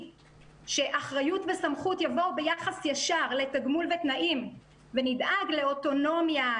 כשאחריות וסמכות יבואו ביחס ישר לתגמול ותנאים ונדאג לאוטונומיה,